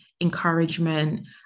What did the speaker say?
encouragement